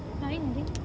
annoying I think